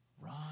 Run